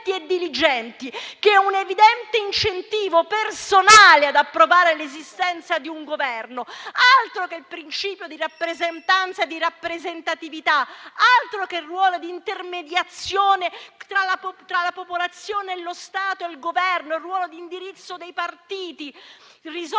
e diligenti, che hanno un'evidente incentivo personale ad approvare l'esistenza di un Governo: altro che il principio di rappresentanza e di rappresentatività; altro che il ruolo di intermediazione tra la popolazione e il Governo; altro che ruolo di indirizzo dei partiti! Risolve